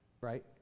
Right